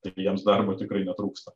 taigi jiems darbo tikrai netrūksta